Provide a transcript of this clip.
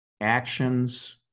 actions